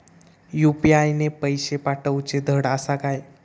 UPI ने पैशे पाठवूचे धड आसा काय?